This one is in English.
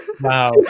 Wow